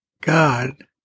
God